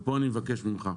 ופה אני מבקש ממך: